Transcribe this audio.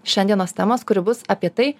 šiandienos temos kuri bus apie tai